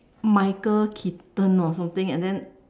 Michael-Keaton or something and then